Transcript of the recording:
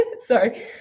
Sorry